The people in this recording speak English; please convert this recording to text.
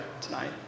tonight